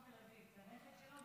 של צפון תל אביב זה הנכד שלו.